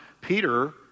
Peter